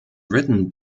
written